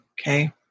Okay